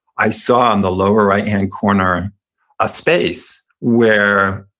i saw in the lower right-hand corner a space where,